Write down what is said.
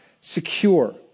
secure